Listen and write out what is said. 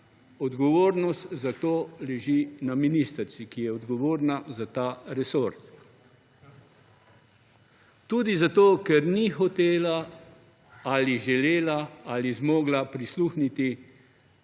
odgovornost za to leži na ministrici, ki je odgovorna za ta resor. Tudi zato ker ni hotela ali želela ali zmogla prisluhniti